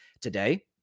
today